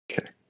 Okay